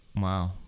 wow